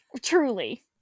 Truly